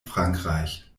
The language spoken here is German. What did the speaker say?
frankreich